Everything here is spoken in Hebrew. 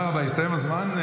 תודה רבה, הסתיים הזמן.